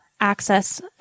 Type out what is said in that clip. access